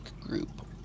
group